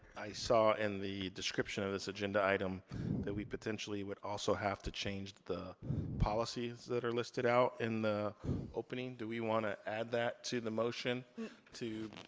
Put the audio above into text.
i saw in the description of this agenda item that we potentially would also have to change the policies that are listed out in the opening. do we want to add that to the motion to,